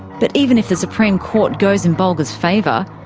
but even if the supreme court goes in bulga's favour,